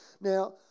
Now